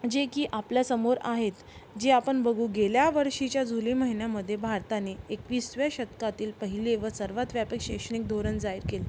जे की आपल्यासमोर आहेत जे आपण बघू गेल्या वर्षीच्या जुलै महिन्यामध्ये भारताने एकविसाव्या शतकातील पहिले व सर्वात व्यापक शैक्षणिक धोरण जाहीर केले